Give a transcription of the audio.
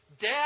Dad